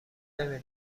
نمی